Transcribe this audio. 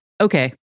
okay